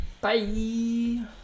Bye